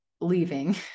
leaving